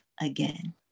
again